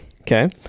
Okay